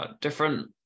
different